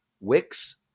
Wix